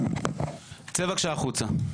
צא בבקשה החוצה.